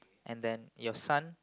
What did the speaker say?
and then your son